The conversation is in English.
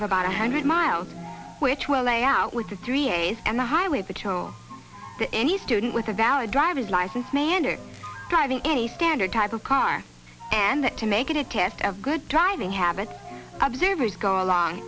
of about a hundred mile which will lay out with the three a's and the highway patrol to any student with a valid driver's license manner driving any standard type of car and that to make it a test of good driving habits observers go along